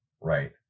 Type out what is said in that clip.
right